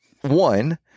one